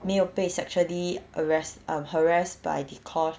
没有被 sexually arrest um harassed by dee kosh